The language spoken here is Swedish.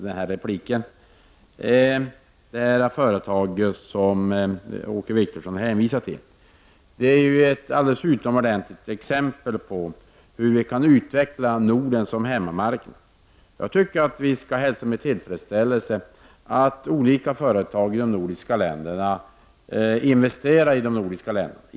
Det företag han hänvisar till är ett alldeles utomordentligt exempel på hur vi kan utveckla Norden som hemmamarknad. Jag tycker att vi skall hälsa med tillfredsställelse att olika företag i de nordiska länderna investerar i de nordiska länderna.